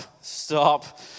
stop